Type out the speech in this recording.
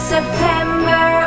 September